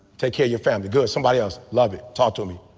take care your family good somebody else. love it. talk to me